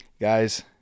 Guys